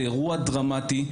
זה אירוע דרמטי.